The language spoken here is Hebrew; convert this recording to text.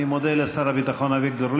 אני מודה לשר הביטחון אביגדור ליברמן.